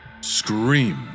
scream